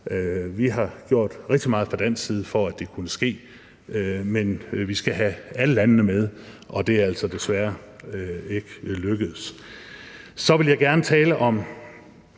Vi har gjort rigtig meget fra dansk side for, at det kunne ske, men vi skal have alle landene med, men det er altså desværre ikke lykkedes. Kl. 14:21 Så vil jeg gerne tale om